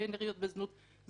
טרנסג'נדריות בזנות.